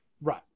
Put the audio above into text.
Right